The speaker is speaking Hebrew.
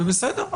ובסדר,